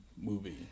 movie